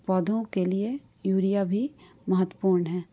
पौधों के लिए यूरिया भी महत्वपूर्ण है